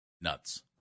nuts